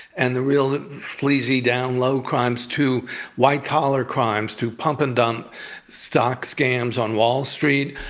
and the real sleazy down low crimes to white collar crimes, to pump and dump stock scams on wall street.